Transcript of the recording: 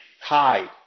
hide